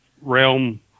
realm